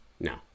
No